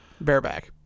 Bareback